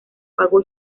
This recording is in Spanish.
pagó